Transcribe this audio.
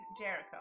Jericho